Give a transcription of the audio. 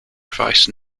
advice